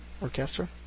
Orchestra